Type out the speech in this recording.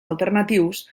alternatius